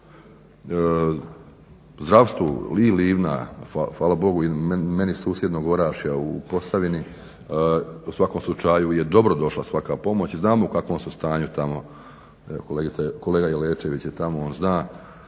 Zdravstvu i Livna hvala Bogu i meni susjednog Orašja u Posavini u svakom slučaju je dobro došla svaka pomoć. Znamo u kakvom su stanju tamo, kolega Jelečević je tamo. On zna